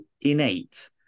innate